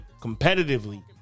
competitively